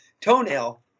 toenail